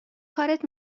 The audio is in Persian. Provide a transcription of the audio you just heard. کارت